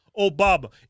Obama